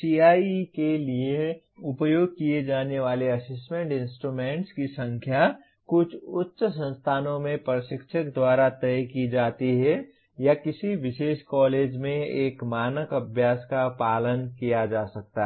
CIE के लिए उपयोग किए जाने वाले असेसमेंट इंस्ट्रूमेंट्स की संख्या कुछ उच्च संस्थानों में प्रशिक्षक द्वारा तय की जाती है या किसी विशेष कॉलेज में एक मानक अभ्यास का पालन किया जा सकता है